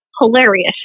hilarious